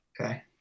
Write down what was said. Okay